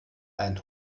ein